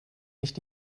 mich